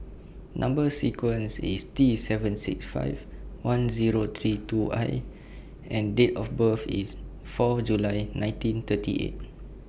Number sequence IS T seven six five one Zero three two I and Date of birth IS four July nineteen thirty eight